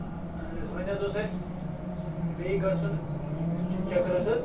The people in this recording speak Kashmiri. اہن حظ وۄنۍ حظ اوس اَسہِ بیٚیہِ گژھُن چَکرَس حظ